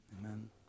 Amen